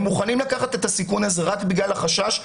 הם מוכנים לקחת את הסיכון הזה רק בגלל החשש מהזריקות.